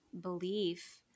belief